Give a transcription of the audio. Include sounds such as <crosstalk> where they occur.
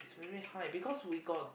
<noise>